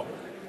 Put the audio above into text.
לא.